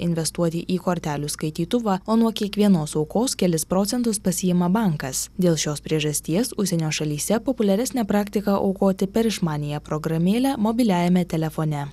investuoti į kortelių skaitytuvą o nuo kiekvienos aukos kelis procentus pasiima bankas dėl šios priežasties užsienio šalyse populiaresnė praktika aukoti per išmaniąją programėlę mobiliajame telefone